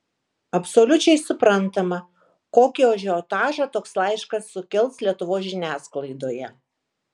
absoliučiai suprantama kokį ažiotažą toks laiškas sukels lietuvos žiniasklaidoje